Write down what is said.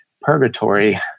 purgatory